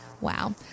Wow